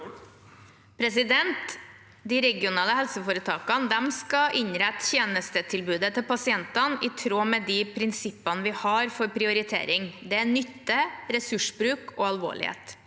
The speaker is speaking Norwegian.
De regionale helseforetakene skal innrette tjenestetilbudet til pasientene i tråd med de prinsippene vi har for prioritering. Det er nytte, ressursbruk og alvorlighet.